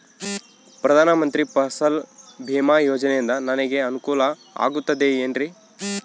ಪ್ರಧಾನ ಮಂತ್ರಿ ಫಸಲ್ ಭೇಮಾ ಯೋಜನೆಯಿಂದ ನನಗೆ ಅನುಕೂಲ ಆಗುತ್ತದೆ ಎನ್ರಿ?